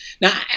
Now